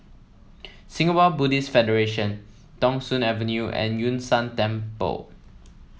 Singapore Buddhist Federation Thong Soon Avenue and Yun Shan Temple